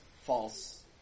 false